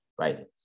writings